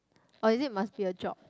or it is must be a job